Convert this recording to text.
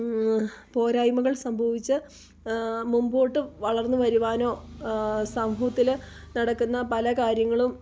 പോരായ്മകൾ സംഭവിച്ച് മുമ്പോട്ട് വളർന്ന് വരുവാനോ സമൂഹത്തിൽ നടക്കുന്ന പല കാര്യങ്ങളും